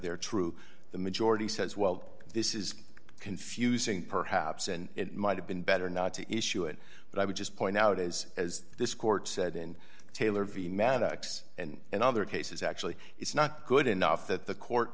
they're true the majority says well this is confusing perhaps and it might have been better not to issue it but i would just point out as as this court said in taylor v maddox and in other cases actually it's not good enough that the court